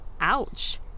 Ouch